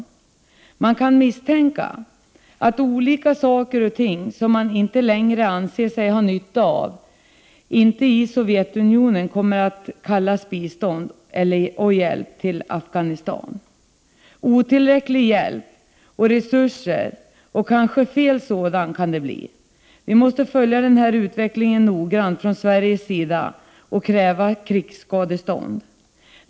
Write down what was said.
Det finns skäl att misstänka att saker och ting som man inte längre anser sig ha nytta av i Sovjetunionen kommer att kallas bistånd och hjälp till Afghanistan. Det kan bli otillräcklig, kanske felaktig, hjälp och otillräckliga resurser. Vi måste följa denna utveckling noggrant från Sveriges sida och kräva ett krigsskadestånd.